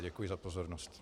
Děkuji za pozornost.